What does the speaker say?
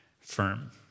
firm